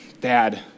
Dad